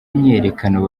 imyiyerekano